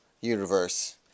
Universe